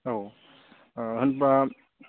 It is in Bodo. औ ओ होनबा